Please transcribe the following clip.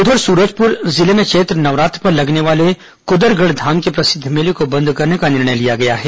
उधर सूरजपुर जिले में चैत्र नवरात्र पर लगने वाले कुदरगढ़ धाम के प्रसिद्व मेले को बंद करने का निर्णय लिया गया है